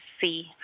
see